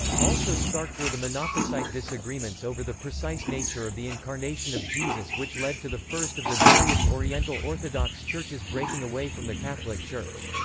also sparked were the monophysite disagreements over the precise nature of the incarnation of jesus which led to the first of the various oriental orthodox churches breaking away from the catholic church.